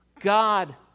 God